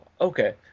okay